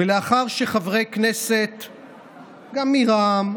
ולאחר שחברי כנסת מרע"ם,